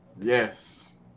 yes